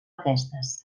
aquestes